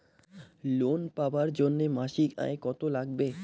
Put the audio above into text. Loan পাবার জন্যে মাসিক আয় কতো লাগবে?